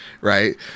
Right